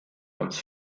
als